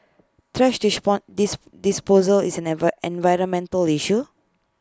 thrash dis disposal is an ever environmental issue